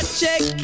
check